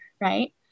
right